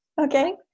okay